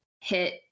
hit